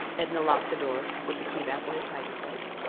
edna locked the door and put the key back in its hiding-place.